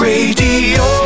Radio